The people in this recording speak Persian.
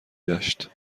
داشت